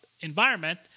environment